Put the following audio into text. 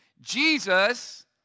Jesus